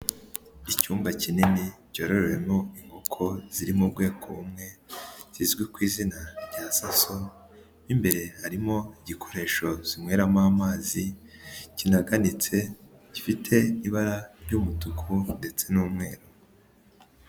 Icyumba kinini cyororewemo inkoko ziri mu bwoko bumwe, zizwi ku izina rya Saso, imbere harimo igikoresho zinyweramo amazi kinaganitse, gifite ibara ry'umutuku ndetse n'umweru.